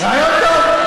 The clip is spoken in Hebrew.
רעיון טוב.